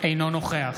אינו נוכח